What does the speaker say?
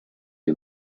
you